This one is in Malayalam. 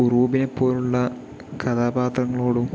ഉറൂബിനെപ്പോലുള്ള കഥാപാത്രങ്ങളോടും